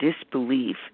disbelief